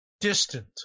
distant